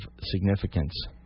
significance